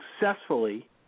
successfully